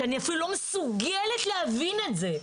שאני אפילו לא מסוגלת להבין את זה.